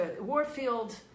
Warfield